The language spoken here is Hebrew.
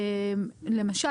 למשל,